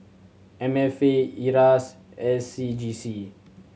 M F A IRAS and S C G C